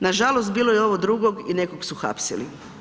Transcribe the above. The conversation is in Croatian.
Nažalost bilo je ovo drugo i nekog su hapsili.